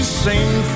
sing